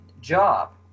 job